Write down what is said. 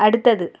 அடுத்தது